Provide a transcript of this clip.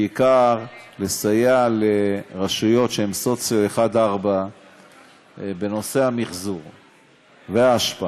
בעיקר לסייע לרשויות שהן סוציו 1 4 בנושא המחזור והאשפה.